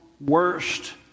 worst